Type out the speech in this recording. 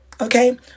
Okay